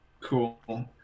Cool